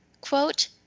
Quote